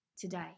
today